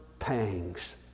Pangs